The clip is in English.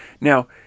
Now